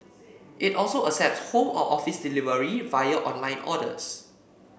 it also accepts home or office delivery via online orders